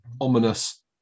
ominous